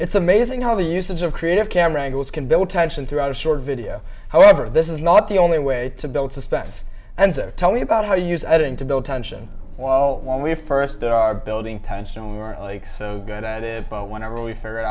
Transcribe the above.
it's amazing how the usage of creative camera angles can build tension throughout a short video however this is not the only way to build suspense and tell me about how you use editing to build tension while when we first did our building tension we were like so good at it but whenever we figured